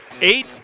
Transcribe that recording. eight